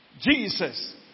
Jesus